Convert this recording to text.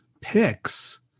picks